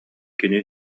кини